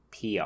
PR